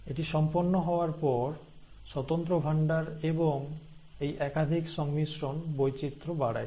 এটি সম্পন্ন হওয়ার পর স্বতন্ত্র ভান্ডার এবং এই একাধিক সংমিশ্রণ বৈচিত্র্য বাড়ায়